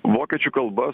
vokiečių kalba